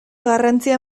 garrantzia